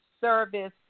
service